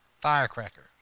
Firecracker